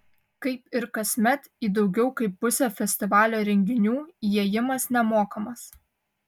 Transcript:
kaip ir kasmet į daugiau kaip pusę festivalio renginių įėjimas nemokamas